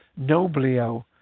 Noblio